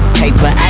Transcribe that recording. paper